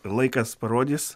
laikas parodys